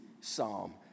psalm